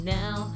now